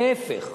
להיפך,